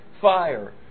fire